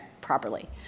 properly